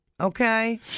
Okay